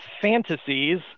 fantasies